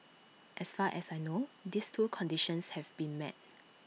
as far as I know these two conditions have been met